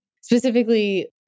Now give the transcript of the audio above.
Specifically